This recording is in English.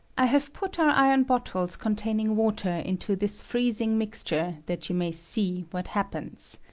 i have put our iron bottles containing water into this freezing mixture, that you may see what happens.